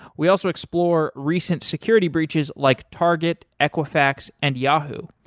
we also explore recent security breaches like target, equifax and yahoo,